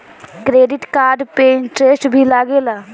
Credit card पे interest भी लागेला?